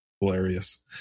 Hilarious